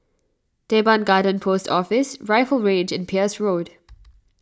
Teban Garden Post Office Rifle Range and Peirce Road